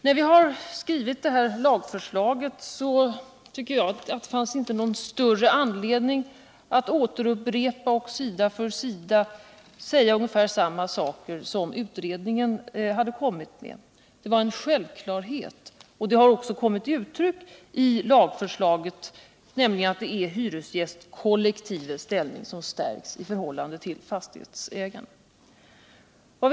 När vi skrev lagförslaget tyckte jag att det inte fanns någon större anledning att återupprepa sig och sida för sida säga ungefär detsamma som utredningen sagt — det var självklarheter. Detta har också kommit till uttryck i lagförslaget, genom att det är hyresgästkollektivets ställning som stärks 1 förhållande till fastighetsägarna.